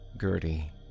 Gertie